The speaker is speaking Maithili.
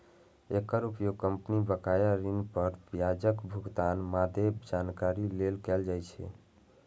एकर उपयोग कंपनी बकाया ऋण पर ब्याजक भुगतानक मादे जानकारी लेल कैल जाइ छै